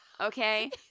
Okay